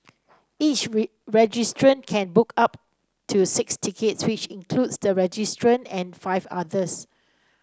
each registrant can book up to six tickets which includes the registrant and five others